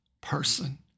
person